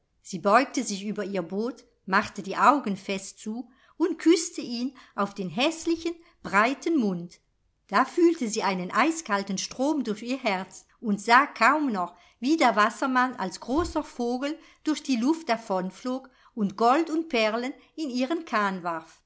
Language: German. sie beugte sich über ihr boot machte die augen fest zu und küßte ihn auf den häßlichen breiten mund da fühlte sie einen eiskalten strom durch ihr herz und sah kaum noch wie der wassermann als großer vogel durch die luft davonflog und gold und perlen in ihren kahn warf